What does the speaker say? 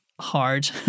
hard